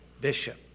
bishop